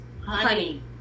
honey